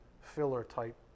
filler-type